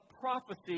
prophecy